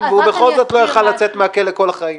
והוא בכל זאת לא יוכל לצאת מהכלא כל החיים.